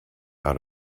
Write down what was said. out